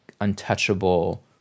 untouchable